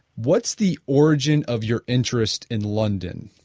what's the origin of your interest in london?